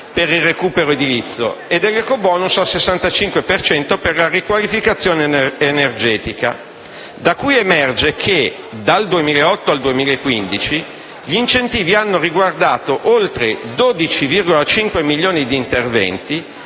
per il recupero edilizio e dell'ecobonus 65 per cento per la riqualificazione energetica, dal 2008 al 2015: - gli incentivi hanno riguardato oltre 12,5 milioni di interventi,